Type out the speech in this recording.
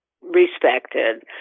respected